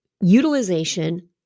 utilization